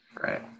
Right